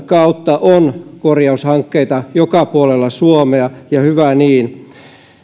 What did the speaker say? kautta on korjaushankkeita joka puolella suomea hyvä niin